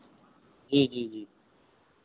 जी जी जी